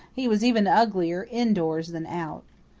he was even uglier indoors than out.